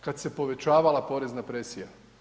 Kad se povećavala porezna presija.